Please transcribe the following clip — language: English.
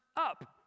up